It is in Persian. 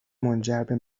منجربه